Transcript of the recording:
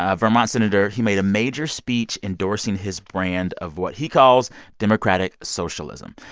ah vermont senator he made a major speech endorsing his brand of what he calls democratic socialism.